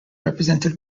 represented